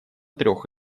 трех